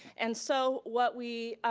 and so, what we,